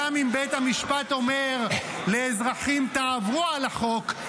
גם אם בית המשפט אומר לאזרחים: תעברו על החוק,